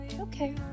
Okay